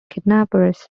kidnappers